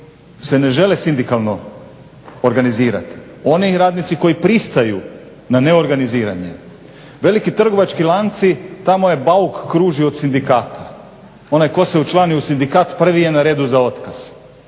se ne žele sindikalno organizirati, oni radnici koji pristaju na neorganiziranje. Veliki trgovački lanci, tamo je bauk kruži od sindikata. Onaj tko se učlani u sindikat prvi je na redu za otkaz.